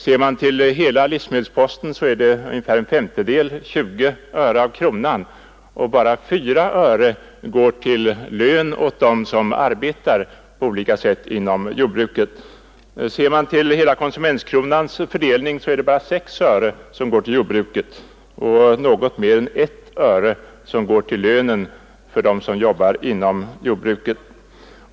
Ser man till hela livsmedelsposten är det ungefär en femtedel — 20 öre av kronan — och bara 4 öre går till lön åt dem som arbetar på olika sätt inom jordbruket. Ser man till hela konsumentkronans fördelning är det bara 6 öre som går till jordbruket och något mer än 1 öre som går till lön för dem som arbetar inom jordbruket.